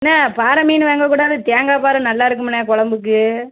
அண்ணே பாறை மீன் வாங்கக்கூடாது தேங்காய் பாறை நல்லா இருக்குமுண்ணே கொழம்புக்கு